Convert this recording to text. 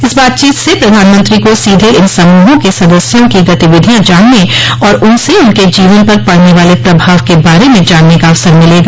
इस बातचीत से प्रधानमंत्री को सीधे इन समूहों के सदस्यों की गतिविधियां जानने और उनसे उनके जीवन पर पड़ने वाले प्रभाव के बारे में जानने का अवसर मिलेगा